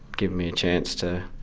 giving me a chance to,